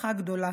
בהערכה גדולה.